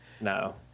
No